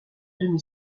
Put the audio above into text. demi